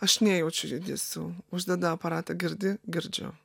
aš nejaučiu judesių uždeda aparatą girdi girdžiu